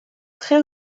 très